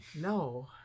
No